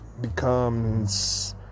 becomes